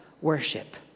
worship